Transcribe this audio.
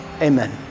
Amen